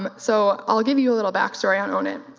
um so i'll give you you a little backstory on own it.